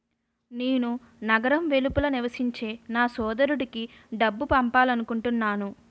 నేను నగరం వెలుపల నివసించే నా సోదరుడికి డబ్బు పంపాలనుకుంటున్నాను